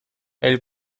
elle